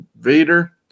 Vader